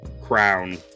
crown